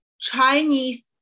Chinese